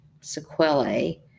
sequelae